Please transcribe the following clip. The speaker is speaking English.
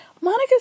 Monica